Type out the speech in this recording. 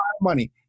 money